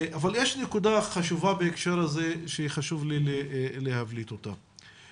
אבל יש נקודה חשובה בהקשר הזה שחשוב לי להבליט אותה.